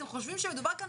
אתם חושבים שמדובר כאן